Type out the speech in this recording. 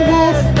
Wolf